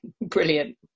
Brilliant